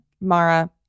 Mara